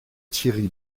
thierry